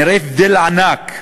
נראה הבדל ענק.